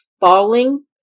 falling